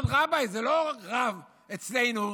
להיות רביי זה לא רב אצלנו,